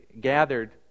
gathered